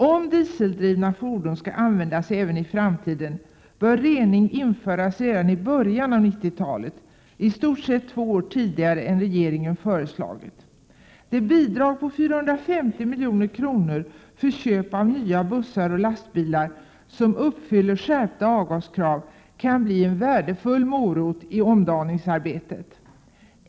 Om dieseldrivna fordon skall användas även i framtiden bör rening införas redan i början av 1990-talet, i stort sett två år tidigare än regeringen föreslagit. Det föreslagna bidraget på 450 milj.kr. till inköp av nya bussar och lastbilar som uppfyller skärpa avgaskrav kan bli en värdefull morot i omdaningsarbetet.